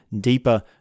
deeper